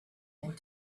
went